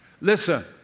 listen